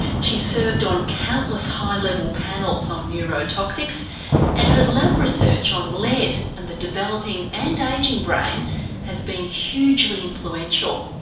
she's served on countless high-level panels on neurotoxics and her lab research on lead and the developing and ageing brain has been hugely influential.